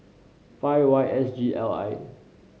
five Y S G L I